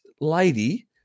lady